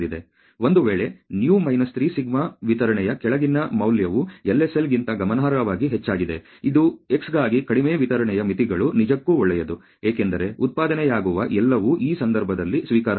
ಒಂದು ವೇಳೆ µ 3σ ವಿತರಣೆಯ ಕೆಳಗಿನ ಮೌಲ್ಯವು LSL ಗಿಂತ ಗಮನಾರ್ಹವಾಗಿ ಹೆಚ್ಚಾಗಿದೆ ಇದು x ಗಾಗಿ ಕಡಿಮೆ ವಿವರಣೆಯ ಮಿತಿಗಳು ನಿಜಕ್ಕೂ ಒಳ್ಳೆಯದು ಏಕೆಂದರೆ ಉತ್ಪಾದನೆಯಾಗುವ ಎಲ್ಲವೂ ಈ ಸಂದರ್ಭದಲ್ಲಿ ಸ್ವೀಕಾರಾರ್ಹ